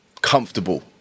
comfortable